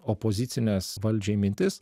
opozicines valdžiai mintis